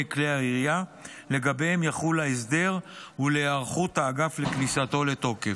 כלי הירייה שלגביהם יחול ההסדר והיערכות האגף לכניסתו לתוקף.